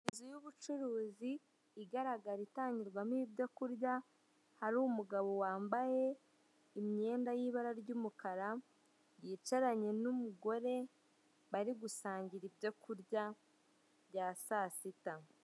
Inzu y'ubucuruzi igaragara itangirwamo ibyo kurya hari umugabo wambaye imyenda y'ibara ry'umukara yicaranye n'umugore bari gusangira ibyo kurya bya saa sita.